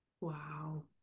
Wow